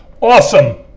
awesome